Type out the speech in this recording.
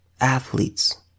athletes